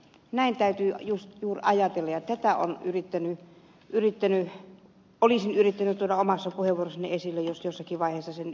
näin täytyy juuri ajatella ja tätä olisin yrittänyt tuoda omassa puheenvuorossani esille jos jossakin vaiheessa sen pitäisin